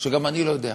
שגם אני לא יודע.